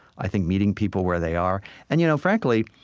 i think meeting people where they are and you know frankly,